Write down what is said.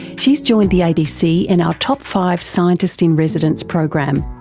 she's joined the abc in our top five scientist in residence program.